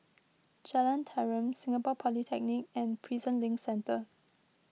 Jalan Tarum Singapore Polytechnic and Prison Link Centre